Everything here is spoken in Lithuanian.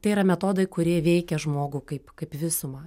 tai yra metodai kurie veikia žmogų kaip kaip visumą